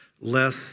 less